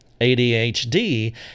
ADHD